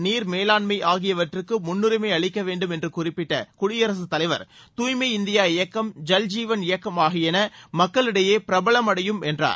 நீர் மேலாண்மை ஆகியவற்றுக்கு முன்னுரிமை அளிக்க வேண்டும் என்று குறிப்பிட்ட குடியரசுத் தலைவர் தூய்மை இந்தியா இயக்கம் ஜல்ஜீவன் இயக்கம் ஆகியன மக்களிடையே பிரபலம் அடையும் என்றார்